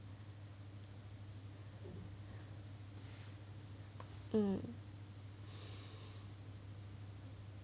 um